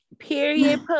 Period